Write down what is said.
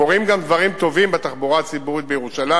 צריך להגיד את האמת: קורים גם דברים טובים בתחבורה הציבורית בירושלים.